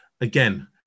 again